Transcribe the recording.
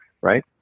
Right